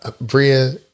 Bria